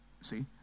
See